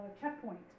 checkpoint